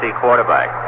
quarterback